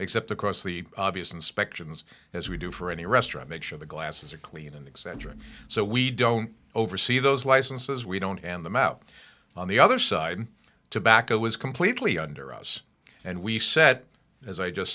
except across the obvious inspections as we do for any restaurant make sure the glasses are clean and eccentric so we don't oversee those licenses we don't and them out on the other side tobacco is completely under us and we set as i just